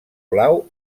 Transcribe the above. blau